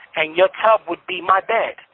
and your tub would be my bed.